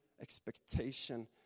expectation